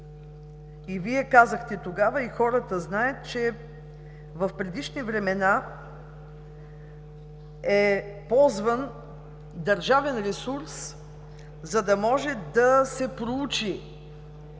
и Вие казахте тогава, и хората знаят, че в предишни времена е ползван държавен ресурс, за да може да се проучи